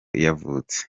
yavutse